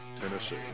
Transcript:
Tennessee